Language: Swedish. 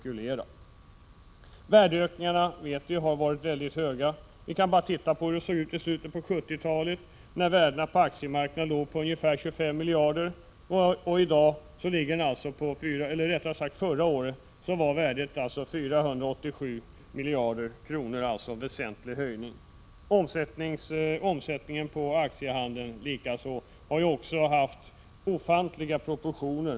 Vi vet att värdeökningarna har varit mycket stora. Man kan titta på hur det såg ut i slutet av 1970-talet. Värdena på aktiemarknaden låg då på ungefär 25 miljarder kronor, och förra året låg de alltså på 487 miljarder kronor — en väsentlig höjning. Omsättningen på aktiehandeln har likaså haft ofantliga proportioner.